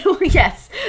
Yes